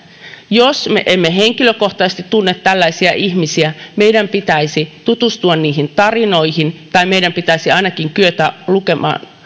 jos me emme henkilökohtaisesti tunne tällaisia ihmisiä meidän pitäisi tutustua niihin tarinoihin tai meidän pitäisi ainakin kyetä lukemaan